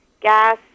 gas